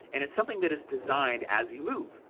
and it's something that is designed as you move.